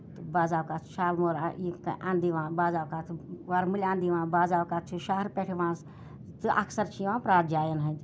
بازاوکات شالمور ییٚلہِ کانٛہہ اَند یِوان بازاوکات ورمُلہِ اند یِوان بازاوکات چھُ شہرٕ پٮ۪ٹھ یِوان تہٕ اَکثر چھِ یِوان پرٮ۪تھ جاین ہٕندۍ